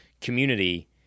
Community